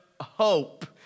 hope